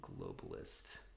globalist